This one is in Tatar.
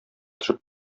төшеп